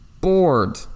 bored